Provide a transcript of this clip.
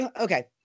Okay